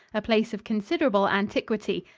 a place of considerable antiquity,